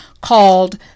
called